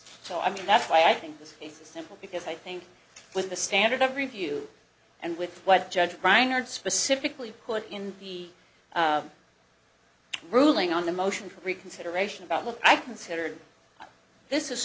so i mean that's why i think this is a simple because i think with the standard of review and with what judge reinard specifically put in the ruling on the motion for reconsideration about what i considered this is